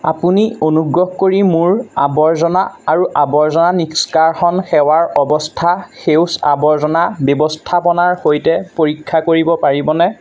আপুনি অনুগ্ৰহ কৰি মোৰ আৱৰ্জনা আৰু আৱৰ্জনা নিষ্কাশন সেৱাৰ অৱস্থা সেউজ আৱৰ্জনা ব্যৱস্থাপনাৰ সৈতে পৰীক্ষা কৰিব পাৰিবনে